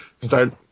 start